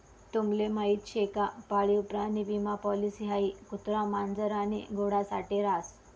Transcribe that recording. तुम्हले माहीत शे का पाळीव प्राणी विमा पॉलिसी हाई कुत्रा, मांजर आणि घोडा साठे रास